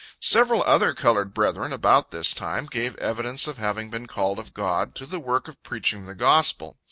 several other colored brethren, about this time, gave evidence of having been called of god, to the work of preaching the gospel.